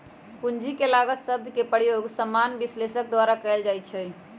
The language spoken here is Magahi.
पूंजी के लागत शब्द के प्रयोग सामान्य विश्लेषक द्वारा कएल जाइ छइ